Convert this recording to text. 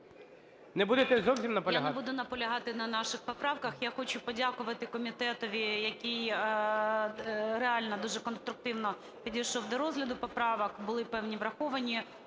Не будете зовсім наполягати?